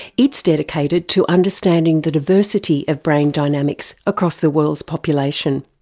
it's dedicated to understanding the diversity of brain dynamics across the world's population.